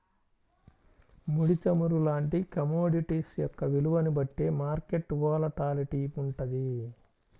ముడి చమురు లాంటి కమోడిటీస్ యొక్క విలువని బట్టే మార్కెట్ వోలటాలిటీ వుంటది